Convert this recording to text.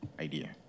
idea